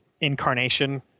incarnation